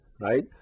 right